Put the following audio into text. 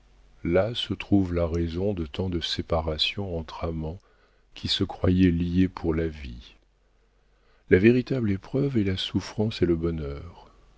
là se trouve la raison de tant de séparations entre amants qui se croyaient liés pour la vie la véritable épreuve est la souffrance et le bonheur